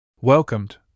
Welcomed